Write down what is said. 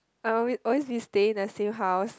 I always always been staying in the same house